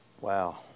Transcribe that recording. Wow